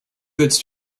goods